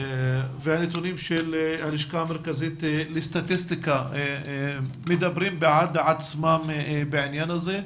והנתונים של הלשכה המרכזית לסטטיסטיקה מדברים בעד עצמם בעניין הזה.